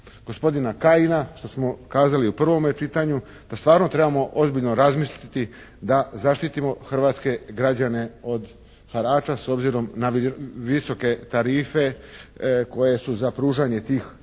gospodina Kajina što smo kazali u prvome čitanju da stvarno trebamo ozbiljno razmisliti da zaštitimo hrvatske građane od harača s obzirom na visoke tarife koje su za pružanje tih